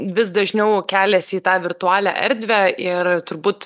vis dažniau keliasi į tą virtualią erdvę ir turbūt